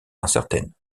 incertaines